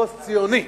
פוסט-ציוני,